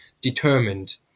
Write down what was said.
determined